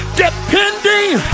depending